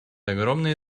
огромное